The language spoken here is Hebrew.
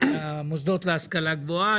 למוסדות להשכלה גבוהה,